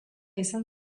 izan